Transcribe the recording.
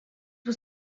was